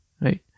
right